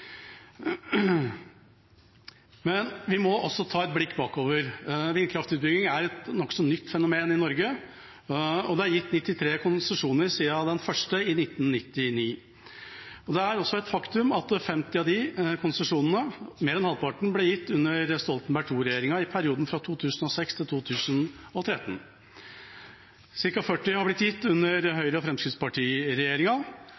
Vi må også ta et blikk bakover. Vindkraftutbygging er et nokså nytt fenomen i Norge, og det er gitt 93 konsesjoner siden den første i 1999. Det er også et faktum at 50 av disse konsesjonene, mer enn halvparten, ble gitt under Stoltenberg II-regjeringa i perioden fra 2006–2013. Cirka 40 er blitt gitt under Høyre–Fremskrittsparti-regjeringa. Siden Venstre gikk inn i regjeringa, har det blitt gitt